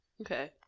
Okay